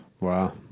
Wow